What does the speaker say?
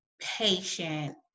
patient